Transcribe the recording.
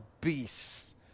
beasts